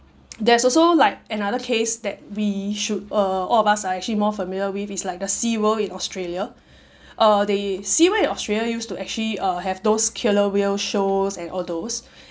there's also like another case that we should uh all of us are actually more familiar with is like the seaworld in australia uh they seaweed australia used to actually uh have those killer whale shows and all those